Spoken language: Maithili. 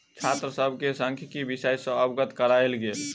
छात्र सभ के सांख्यिकी विषय सॅ अवगत करायल गेल